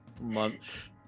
Munch